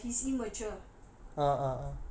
he's kind but he's immature